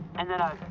and then a.